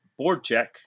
BoardCheck